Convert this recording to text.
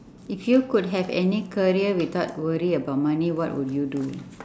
if you could have any career without worry about money what would you do